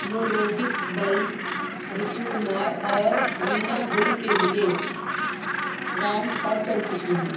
وہ روہت بل ریتو کمار اور رینا گل کے لیے ریمپ پر چل چکی ہیں